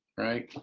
right?